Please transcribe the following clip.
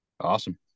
Awesome